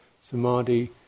samadhi